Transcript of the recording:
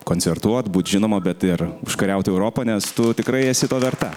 koncertuot būt žinoma bet ir užkariauti europą nes tu tikrai esi to verta